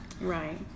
Right